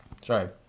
Sorry